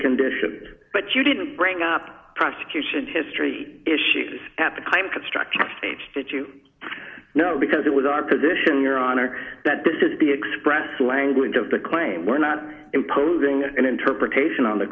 conditions but you didn't bring up prosecution history issues at the time construction stage did you not because it was our position your honor that this is the express language of the claim we're not imposing an interpretation on the